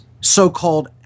so-called